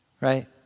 Right